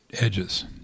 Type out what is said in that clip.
edges